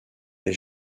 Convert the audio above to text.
est